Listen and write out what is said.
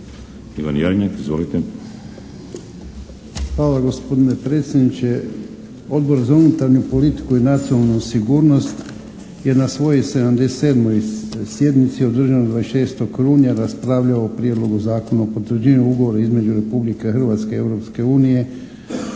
Ivan Jarnjak, izvolite.